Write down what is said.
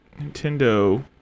Nintendo